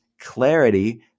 clarity